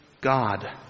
God